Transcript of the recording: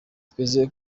twizeye